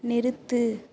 நிறுத்து